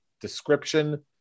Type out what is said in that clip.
description